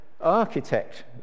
architect